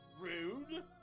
Rude